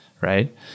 right